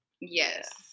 Yes